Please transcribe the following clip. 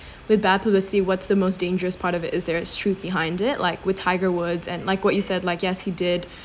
with bad publicity what's the most dangerous part of it is there it's truth behind it like with tiger woods and like what you said like yes he did